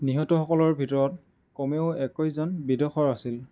নিহতসকলৰ ভিতৰত কমেও একৈইছজন বিদেশৰ আছিল